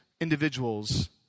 individuals